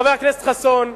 חבר הכנסת חסון,